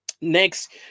Next